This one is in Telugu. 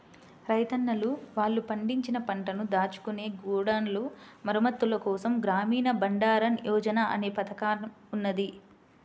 రైతన్నలు వాళ్ళు పండించిన పంటను దాచుకునే గోడౌన్ల మరమ్మత్తుల కోసం గ్రామీణ బండారన్ యోజన అనే పథకం ఉన్నది